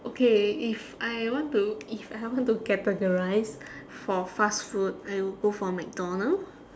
okay if I want to if I want to categorise for fast food I would go for mcdonald